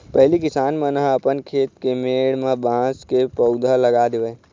पहिली किसान मन ह अपन खेत के मेड़ म बांस के पउधा लगा देवय